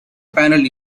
panel